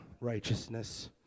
righteousness